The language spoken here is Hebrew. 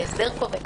זה הסדר כובל.